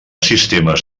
sistemes